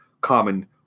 common